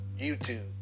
YouTube